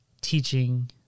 teaching